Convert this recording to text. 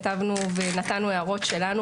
כתבנו ונתנו הערות שלנו.